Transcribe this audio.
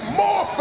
more